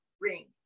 ring